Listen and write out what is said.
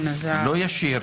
כתוב "לא ישיר,